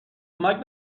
کمک